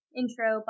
intro